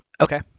okay